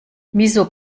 wieso